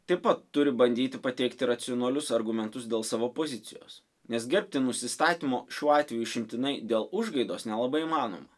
taip pat turi bandyti pateikti racionalius argumentus dėl savo pozicijos nes gerbti nusistatymo šiuo atveju išimtinai dėl užgaidos nelabai įmanoma